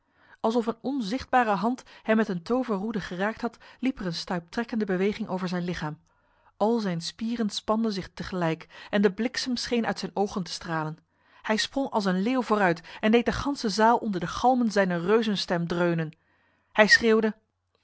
alsof een onzichtbare hand hem met een toverroede geraakt had liep er een stuiptrekkende beweging over zijn lichaam al zijn spieren spanden zich tegelijk en de bliksem scheen uit zijn ogen te stralen hij sprong als een leeuw vooruit en deed de ganse zaal onder de galmen zijner reuzenstem dreunen hij schreeuwde